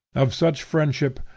of such friendship,